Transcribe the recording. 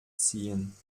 ziehen